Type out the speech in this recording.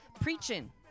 preaching